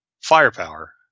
firepower